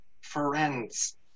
friends